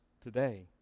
today